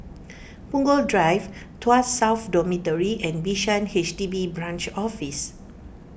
Punggol Drive Tuas South Dormitory and Bishan H D B Branch Office